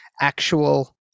actual